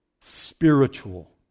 spiritual